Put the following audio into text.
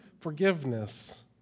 forgiveness